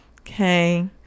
Okay